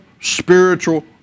spiritual